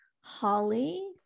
Holly